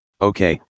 okay